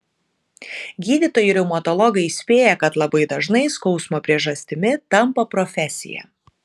gydytojai reumatologai įspėja kad labai dažnai skausmo priežastimi tampa profesija